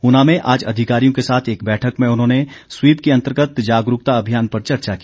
ऊना में आज अधिकारियों के साथ एक बैठक में उन्होंने स्वीप के अंतगर्त जागरूकता अभियान पर चर्चा की